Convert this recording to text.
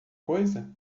coisa